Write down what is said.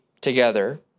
together